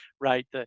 right